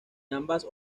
ambas